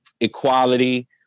equality